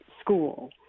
school